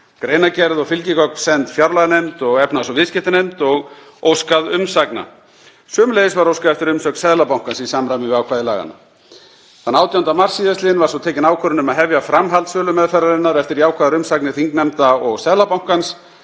greinargerð og fylgigögn send fjárlaganefnd og efnahags- og viðskiptanefnd og óskað umsagna. Sömuleiðis var óskað eftir umsögn Seðlabankans í samræmi við ákvæði laganna. Þann 18. mars síðastliðinn var svo tekin ákvörðun um að hefja framhald sölumeðferð, raunar eftir jákvæðar umsagnir þingnefnda og Seðlabankans.